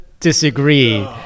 Disagree